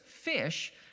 fish